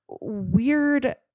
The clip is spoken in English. weird